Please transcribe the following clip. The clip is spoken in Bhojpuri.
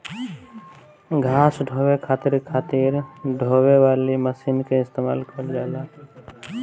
घास ढोवे खातिर खातिर ढोवे वाली मशीन के इस्तेमाल कइल जाला